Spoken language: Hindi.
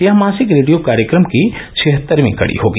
यह मासिक रेडियो कार्यक्रम की छिहत्तरवीं कड़ी होगी